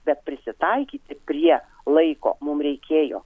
bet prisitaikyti prie laiko mum reikėjo